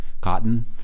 cotton